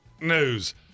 news